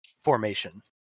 formation